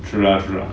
true lah true lah